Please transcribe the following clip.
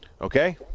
Okay